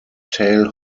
tail